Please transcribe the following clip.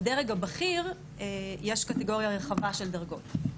בדרג הבכיר יש קטגוריה רחבה של דרגות.